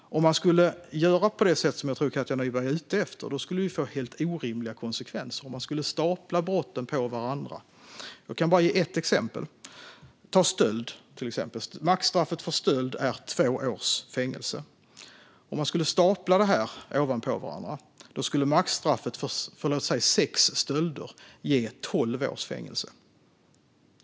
Om man skulle göra på det sätt som jag tror att Katja Nyberg är ute efter och stapla brotten på varandra skulle det få helt orimliga konsekvenser. Låt mig ge ett exempel. Maxstraffet för stöld är två års fängelse. Om man skulle stapla brotten på varandra skulle maxstraffet för sex stölder ge tolv års fängelse.